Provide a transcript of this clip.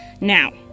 Now